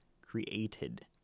created